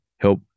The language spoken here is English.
help